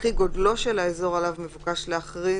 וכי גודלו של האזור עליו מבוקש להכריז